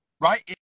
right